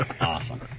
Awesome